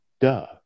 duh